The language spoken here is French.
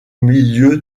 milieu